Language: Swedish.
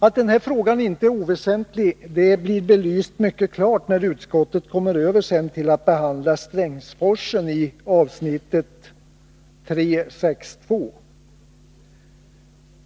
Att den här frågan inte är oväsentlig blir mycket klart belyst när utskottet sedan i avsnitt 3.6.2 går över till att behandla Strängsforsen.